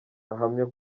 ahamya